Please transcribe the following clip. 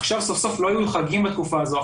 עכשיו סוף סוף לא היו חגים בתקופה הזו,